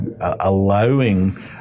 allowing